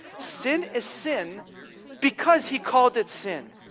sin is sin because he called it sin.